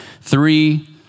three